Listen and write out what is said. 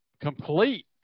complete